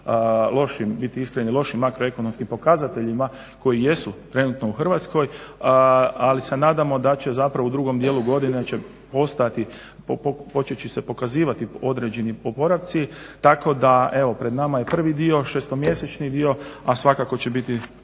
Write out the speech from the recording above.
lošim, biti iskreni, lošim makroekonomskim pokazateljima koji jesu trenutno u Hrvatskoj. Ali se nadamo da će zapravo u drugom dijelu godine ostati, početi se pokazivati određeni … tako da evo pred nama je prvi dio, šestomjesečni dio, a svakako će biti